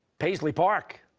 paisley park.